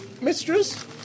mistress